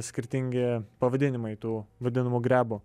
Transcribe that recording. skirtingi pavadinimai tų vadinamų grebų